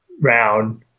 round